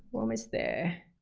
we're almost there.